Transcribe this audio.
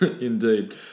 Indeed